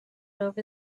over